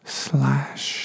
slash